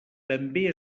també